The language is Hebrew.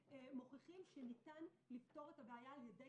מוכיחים שניתן לפתור את הבעיה על ידי